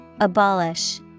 Abolish